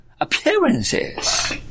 Appearances